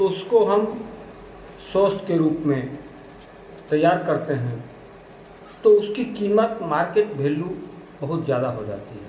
उसको हम सॉस के रूप में तैयार करते हैं तो उसकी कीमत मार्केट भेल्यू बहुत ज़्यादा हो जाती है